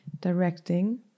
directing